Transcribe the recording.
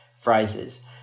phrases